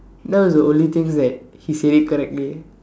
that was the only things that he said it correctly